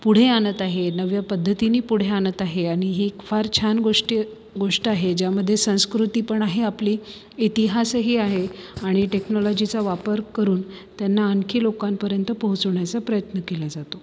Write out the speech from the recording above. पुढे आणत आहे नव्या पद्धतीने पुढे आणत आहे आणि ही फार छान गोष्टी गोष्ट आहे ज्यामध्ये संस्कृती पण आहे आपली इतिहासही आहे आणि टेक्नॉलॉजीचा वापर करून त्यांना आणखी लोकांपर्यंत पोहोचवण्याचा प्रयत्न केला जातो